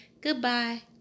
goodbye